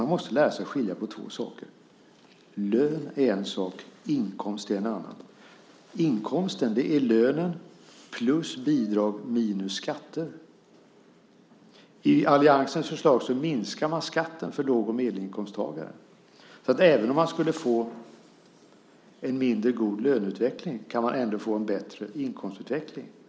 Man måste lära sig att skilja på två saker: Lön är en sak, och inkomst är en annan. Inkomsten är lönen plus bidrag minus skatter. I alliansens förslag minskar man skatten för låg och medelinkomsttagare. Även om man skulle få en mindre god löneutveckling kan man få en bättre inkomstutveckling.